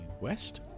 west